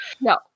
No